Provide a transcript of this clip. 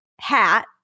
hat